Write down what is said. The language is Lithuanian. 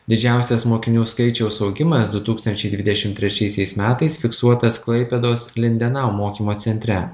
didžiausias mokinių skaičiaus augimas du tūkstančiai dvidešimt trečiaisiais metais fiksuotas klaipėdos lindenau mokymo centre